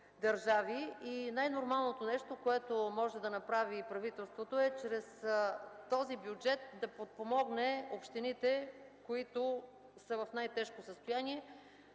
държави и най-нормалното нещо, което може да направи правителството, е чрез този бюджет да подпомогне общините, които са в най-тежко състояние.